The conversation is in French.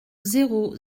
zéro